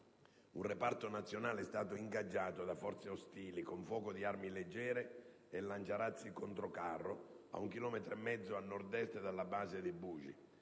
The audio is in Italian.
un reparto nazionale è stato ingaggiato da forze ostili con fuoco di armi leggere e lanciarazzi controcarro a 1,5 km a Nord Est dalla base di Buji.